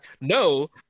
no